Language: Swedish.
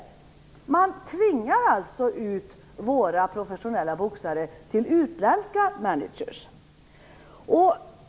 Man tvingar alltså ut våra professionella boxare till utländska managers.